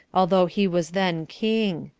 although he was then king.